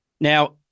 Now